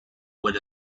were